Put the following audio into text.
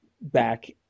back